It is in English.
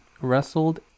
wrestled